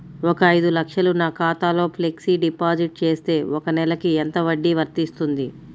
ఒక ఐదు లక్షలు నా ఖాతాలో ఫ్లెక్సీ డిపాజిట్ చేస్తే ఒక నెలకి ఎంత వడ్డీ వర్తిస్తుంది?